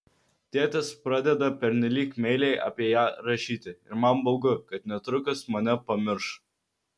tėtis pradeda pernelyg meiliai apie ją rašyti ir man baugu kad netrukus mane pamirš